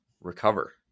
recover